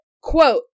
quote